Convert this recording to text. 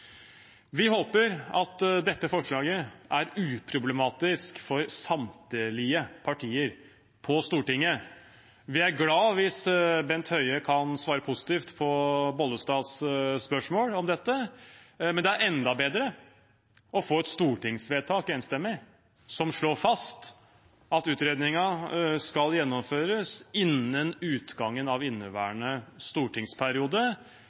Vi håper at dette forslaget er uproblematisk for samtlige partier på Stortinget. Vi er glad hvis statsråd Bent Høie kan svare positivt på representanten Bollestads spørsmål om dette, men det er enda bedre å få et enstemmig stortingsvedtak som slår fast at utredningen skal gjennomføres «innen utgangen av inneværende stortingsperiode».